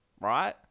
Right